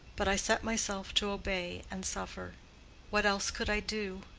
but i set myself to obey and suffer what else could i do?